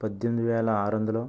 పద్దెనిమిది వేల ఆరు వందలు